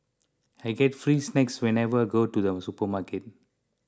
I get free snacks whenever I go to the supermarket